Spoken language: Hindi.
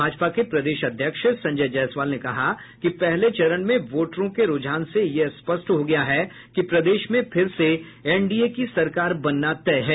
भाजपा के प्रदेश अध्यक्ष संजय जायसवाल ने कहा कि पहले चरण में वोटरों के रूझान से यह स्पष्ट हो गया है कि प्रदेश में फिर से एनडीए की सरकार बनना तय है